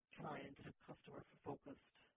client-customer-focused